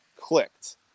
clicked